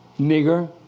nigger